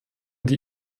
die